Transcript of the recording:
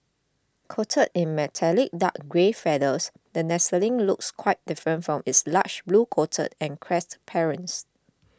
coated in metallic dark grey feathers the nestling looks quite different from its large blue coated and crested parents